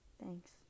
Thanks